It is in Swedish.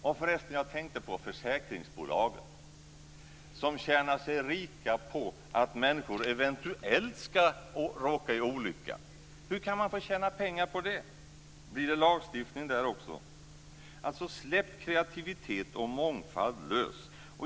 Jag tänker här förresten på försäkringsbolagen, som tjänar sig rika på att människor eventuellt ska råka i olycka. Hur kan man få tjäna pengar på det? Blir det lagstiftning mot det också? Släpp alltså kreativitet och mångfald lösa!